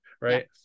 right